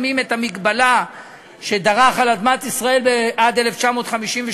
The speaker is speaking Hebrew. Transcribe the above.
שמים את המגבלה "שדרך על אדמת ישראל עד 1953",